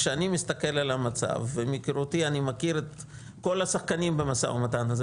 כשאני מסתכל על המצב ומהיכרותי את כל השחקנים במשא ומתן הזה,